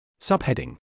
Subheading